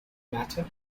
matter